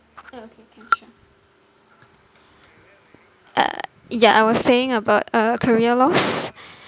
uh okay can sure uh ya I was saying about uh career loss